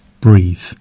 Breathe